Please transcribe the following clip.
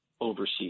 overseas